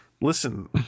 Listen